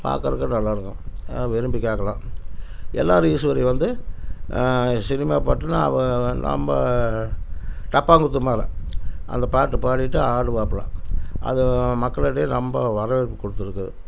பார்க்குறதுக்கும் நல்லா இருக்கும் விரும்பி கேட்கலாம் எல்ஆர் ஈஸ்வரி வந்து சினிமா பாட்டுனா அவங்கள் வந் ரொம்ப டப்பாங் குத்து மாதிரி தான் அந்த பாட்டு பாடிட்டு ஆடுவாப்புல அது மக்களிடையே ரொம்ப வரவேற்பு கொடுத்துருக்குது